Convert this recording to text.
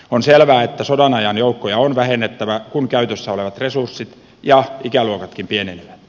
on selvää että sodanajan joukkoja on vähennettävä kun käytössä olevat resurssit ja ikäluokatkin pienenevät